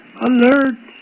Alert